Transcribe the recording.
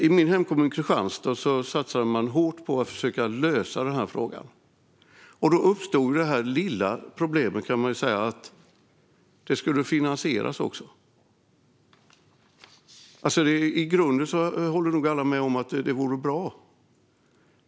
I min hemkommun, Kristianstad, satsade man hårt för att försöka lösa frågan. Då uppstod det lilla problemet att det hela också skulle finansieras. I grunden håller nog alla med om att en lösning vore bra.